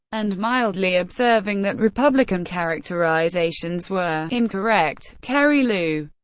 and mildly observing that republican characterizations were incorrect. kerry, lew,